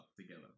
together